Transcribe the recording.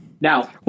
Now